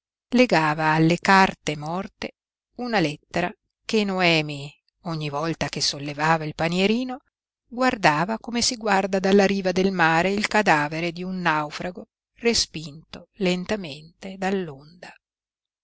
legava alle carte morte una lettera che noemi ogni volta che sollevava il panierino guardava come si guarda dalla riva del mare il cadavere di un naufrago respinto lentamente